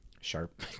sharp